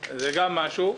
גם משהו.